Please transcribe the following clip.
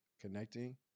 Connecting